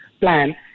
plan